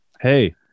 Hey